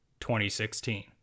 2016